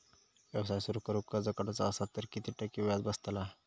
व्यवसाय सुरु करूक कर्ज काढूचा असा तर किती टक्के व्याज बसतला?